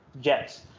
jets